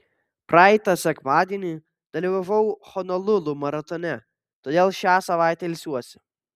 praeitą sekmadienį dalyvavau honolulu maratone todėl šią savaitę ilsiuosi